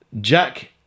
Jack